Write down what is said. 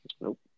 Nope